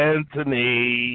Anthony